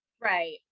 Right